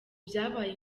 byabaye